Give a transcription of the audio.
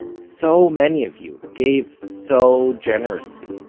so many of you gave so generously.